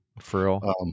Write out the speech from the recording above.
Frill